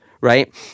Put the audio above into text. Right